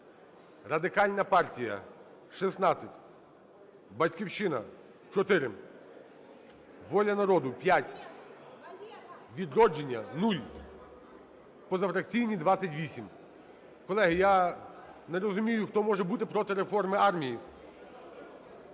Радикальна партія – 16, "Батьківщина" – 4, "Воля народу" – 5, "Відродження" – 0, позафракційні – 28. Колеги, я не розумію, хто може бути проти реформи армії?